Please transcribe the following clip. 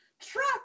truck